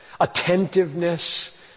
attentiveness